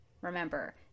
Remember